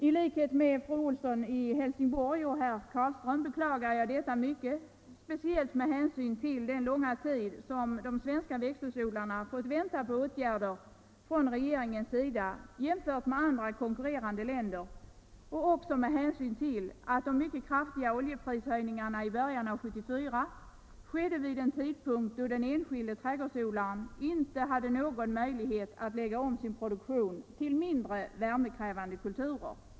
I likhet med fru Olsson i Helsingborg och herr Carlström beklagar jag detta mycket, speciellt med hänsyn till den långa tid som de svenska växthusodlarna fått vänta på åtgärder från regeringens sida jämfört med odlare i andra konkurrerande länder och också med hänsyn till att de mycket kraftiga oljeprishöjningarna i början av 1974 skedde vid en tidpunkt då den enskilde trädgårdsodlaren inte hade någon möjlighet att lägga om sin produktion till mindre värmekrävande kulturer.